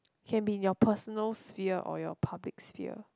can been your personal sphere or your public sphere